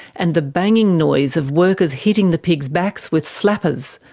and the banging noise of workers hitting the pigs' backs with slappers,